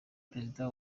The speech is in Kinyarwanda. perezida